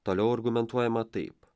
toliau argumentuojama taip